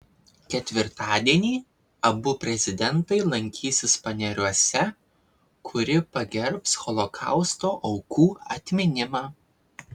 ketvirtadienį abu prezidentai lankysis paneriuose kuri pagerbs holokausto aukų atminimą